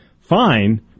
fine